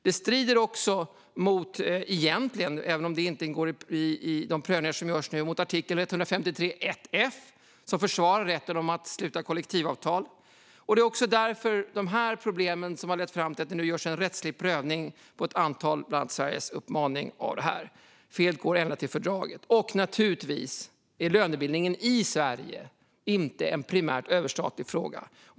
Det strider också egentligen - även om det inte ingår i de prövningar som görs nu - mot artikel 153.1 f, som försvarar rätten att sluta kollektivavtal. Det är också dessa problem som har lett fram till att det nu görs en rättslig prövning av det här på ett antal medlemsstaters, bland annat Sveriges, uppmaning. Felet går ända till fördraget. Naturligtvis är lönebildningen i Sverige inte en primärt överstatlig fråga.